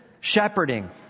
Shepherding